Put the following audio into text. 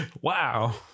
Wow